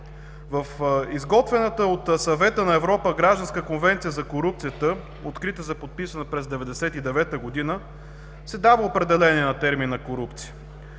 В изготвената от Съвета на Европа Гражданска конвенция за корупцията, открита за подписване през 1999 г., се дава определение на термина „корупция“: